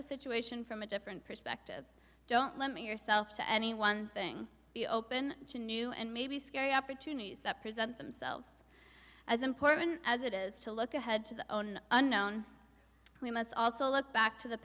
the situation from a different perspective don't limit yourself to any one thing be open to new and maybe scary opportunities that present themselves as important as it is to look ahead to the own unknown we must also look back to the